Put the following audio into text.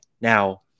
Now